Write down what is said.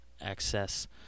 access